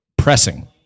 pressing